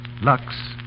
Lux